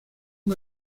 con